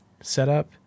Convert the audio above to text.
setup